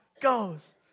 goes